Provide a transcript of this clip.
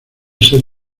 ser